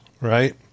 right